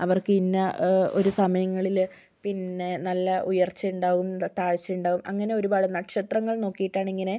അവർക്ക് ഇന്ന ഒരു സമയങ്ങളിലെ പിന്നെ നല്ല ഉയർച്ച ഉണ്ടാകും താഴ്ച ഉണ്ടാകും അങ്ങനെ ഒരുപാട് നക്ഷത്രങ്ങൾ നോക്കിയിട്ടാണ് ഇങ്ങനെ